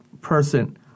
person